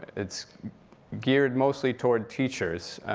it's geared mostly toward teachers,